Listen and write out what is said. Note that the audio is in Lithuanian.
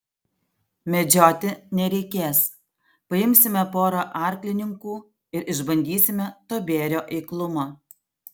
medžioti nereikės paimsime porą arklininkų ir išbandysime to bėrio eiklumą